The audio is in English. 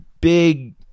big